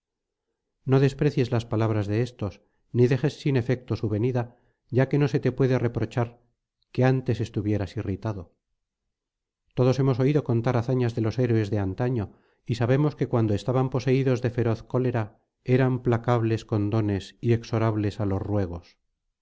no desprecies las palabras de éstos ni dejes sin efecto su venida ya que no se te puede reprochar que antes estuvieras irritado todos hemos oído contar hazañas de los héroes de antaño y sabemos que cuando estaban poseídos de feroz cólera eran placables con dones y exorables á los ruegos